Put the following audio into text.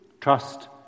trust